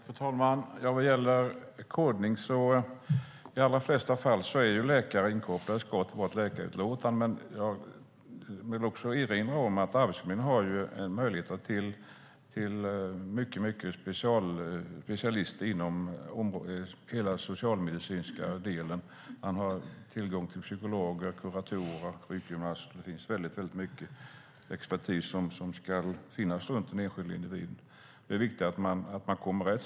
Fru talman! Vad gäller kodning är i de allra flesta fall läkare inkopplad; det ska vara ett läkarutlåtande. Men jag vill också erinra om att Arbetsförmedlingen har tillgång till specialister inom hela det socialmedicinska området - psykologer, kuratorer och sjukgymnaster. Det finns väldigt mycket expertis som ska finnas runt den enskilda individen. Det är viktigt att man kommer rätt.